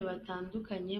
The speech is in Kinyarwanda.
batandukanye